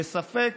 וספק